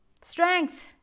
Strength